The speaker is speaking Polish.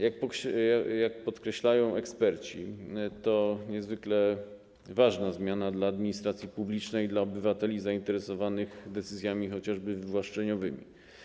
Jak podkreślają eksperci, to niezwykle ważna zmiana dla administracji publicznej, dla obywateli zainteresowanych decyzjami chociażby wywłaszczeniowymi.